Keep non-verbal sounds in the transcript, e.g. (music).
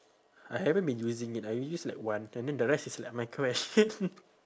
I haven't been using it I use like one and then the rest is like my question (laughs)